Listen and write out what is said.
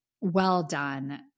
well-done